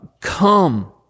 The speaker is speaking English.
Come